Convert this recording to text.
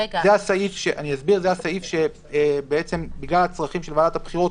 זה הסעיף שבגלל הצרכים של ועדת הבחירות